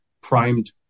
primed